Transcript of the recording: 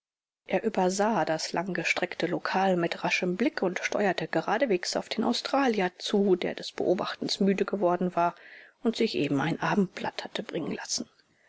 er übersah das langgestreckte lokal mit raschem blick und steuerte geradewegs auf den australier zu der des beobachtens müde geworden war und sich eben ein abendblatt hatte bringen lassen